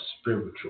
spiritual